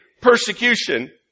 persecution